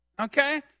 okay